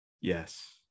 yes